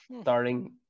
starting